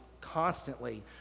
constantly